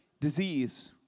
disease